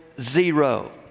zero